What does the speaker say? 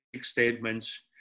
statements